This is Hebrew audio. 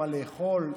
מה לאכול?